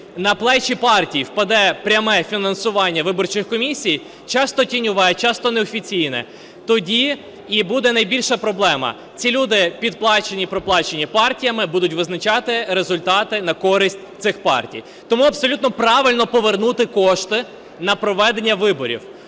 на плечі партій впаде пряме фінансування виборчих комісій, часто тіньове, часто неофіційне, тоді і буде найбільша проблема. Ці люди підплачені і проплачені партіями будуть визначати результати на користь цих партій. Тому абсолютно правильно повернути кошти на проведення виборів.